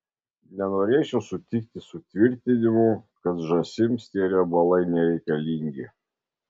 nenorėčiau sutikti su tvirtinimu kad žąsims tie riebalai nereikalingi